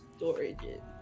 storages